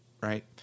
right